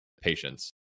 patience